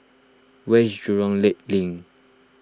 where is Jurong Lake Link